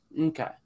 Okay